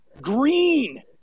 Green